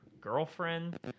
girlfriend